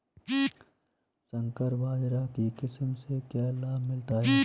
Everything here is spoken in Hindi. संकर बाजरा की किस्म से क्या लाभ मिलता है?